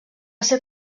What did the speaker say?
ser